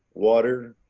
water,